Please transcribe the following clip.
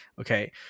okay